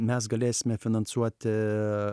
mes galėsime finansuoti